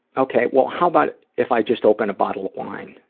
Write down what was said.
ok, well how bout if i just open a bottle of wine.